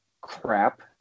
crap